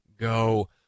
go